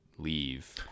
Leave